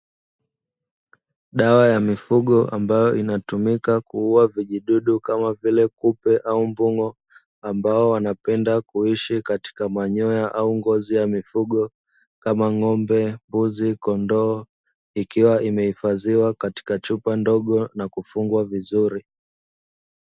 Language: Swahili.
Dawa ya mifugo ambayo inatumika kuua vijidudu kama vile:kupe au mbung'o ambao wanapenda kuishi katika manyoya au ngozi ya mifugo, kama:ng'ombe, mbuzi, kondoo ikiwa imehifadhiwa katika chupa ndogo na kufungwa vizuri.